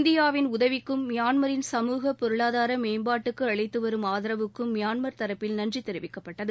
இந்தியாவின் உதவிக்கும் மியான்மரின் சமுக பொருளாதார மேம்பாட்டுக்கு அளித்துவரும் ஆனவுக்கும் மியான்மர் தரப்பில் நன்றி தெரிவிக்கப்பட்டது